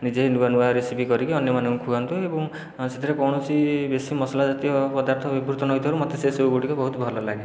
ନିଜେ ନୂଆ ନୂଆ ରେସିପି କରିକି ଅନ୍ୟମାନଙ୍କୁ ଖୁଆନ୍ତୁ ଏବଂ ସେଥିରେ କୌଣସି ବେଶୀ ମସଲାଜାତୀୟ ପଦାର୍ଥ ବ୍ୟବହୃତ ନ ହେଇଥିବାରୁ ମୋତେ ସେ ସବୁଗୁଡ଼ିକ ବହୁତ ଭଲ ଲାଗେ